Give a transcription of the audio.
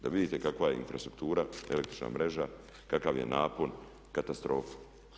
Da vidite kakva je infrastruktura, električna mreža, kakav je napon, katastrofa.